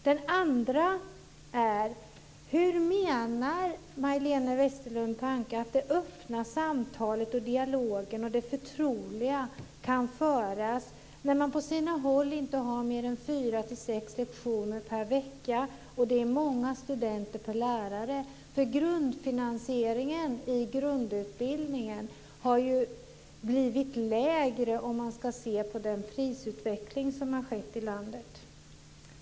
Den andra frågan är: Hur menar Majléne Westerlund Panke att det öppna samtalet, dialogen och det förtroliga kan finnas när man på sina håll inte har mer än fyra till sex lektioner per vecka och det är många studenter per lärare? Grundfinansieringen i grundutbildningen har blivit lägre om man ska ske på den prisutveckling som har skett i landet.